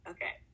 Okay